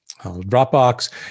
Dropbox